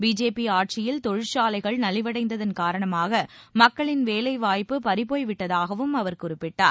BJP ஆட்சியில் தொழிற்சாலைகள் நலிவடைந்ததன் காரணமாக மக்களின் வேலை வாய்ப்பு பறிபோய் விட்டதாகவும் அவர் குறிப்பிட்டார்